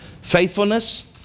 Faithfulness